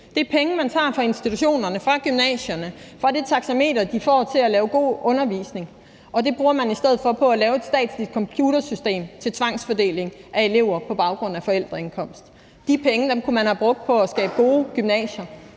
Det er penge, man tager fra institutionerne, fra gymnasierne, fra de taxameterpenge, de får til at lave god undervisning, og dem bruger man i stedet for på at lave et statsligt computersystem til tvangsfordeling af elever på baggrund af forældreindkomst. De penge kunne man have brugt på at skabe gode gymnasier.